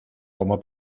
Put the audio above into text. como